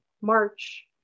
March